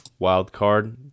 Wildcard